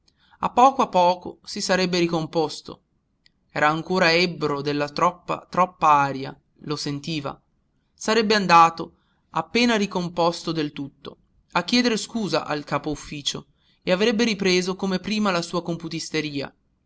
a poco a poco si sarebbe ricomposto era ancora ebro della troppa troppa aria lo sentiva sarebbe andato appena ricomposto del tutto a chiedere scusa al capo-ufficio e avrebbe ripreso come prima la sua